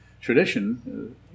Tradition